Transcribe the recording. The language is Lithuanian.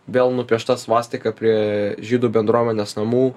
vėl nupiešta svastika prie žydų bendruomenės namų